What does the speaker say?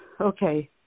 okay